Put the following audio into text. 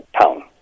town